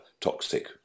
toxic